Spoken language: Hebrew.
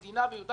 ביהודה ושומרון,